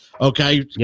Okay